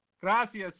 Gracias